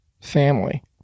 family